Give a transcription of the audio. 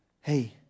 Hey